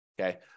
okay